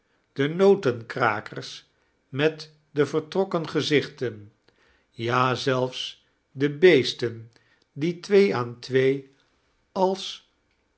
de notenkrakers met de vertrokken gezicliten ja zelfs de beesten die twee aan twee als